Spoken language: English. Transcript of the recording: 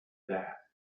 that